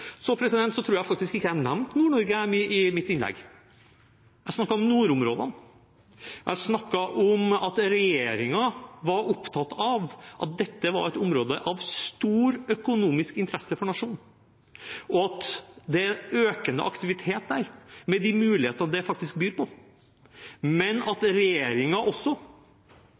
Så tror jeg faktisk ikke jeg nevnte Nord-Norge i mitt innlegg. Jeg snakket om nordområdene. Jeg snakket om at regjeringen var opptatt av at dette var et område av stor økonomisk interesse for nasjonen, og at det er økende aktivitet der, med de mulighetene det faktisk byr på, men at regjeringen også